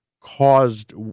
caused